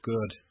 Good